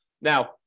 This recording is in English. Now